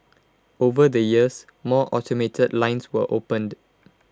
over the years more automated lines were opened